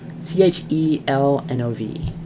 C-H-E-L-N-O-V